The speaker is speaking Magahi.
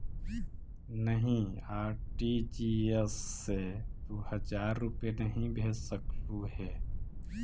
नहीं, आर.टी.जी.एस से तू हजार रुपए नहीं भेज सकलु हे